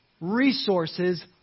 resources